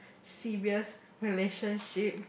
serious relationship